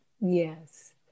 yes